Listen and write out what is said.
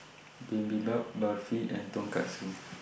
Bibimbap Barfi and Tonkatsu